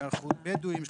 5% בדואים,